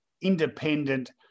independent